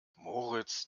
moritz